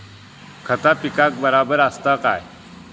खता पिकाक बराबर आसत काय?